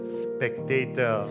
spectator